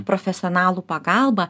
profesionalų pagalba